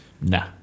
nah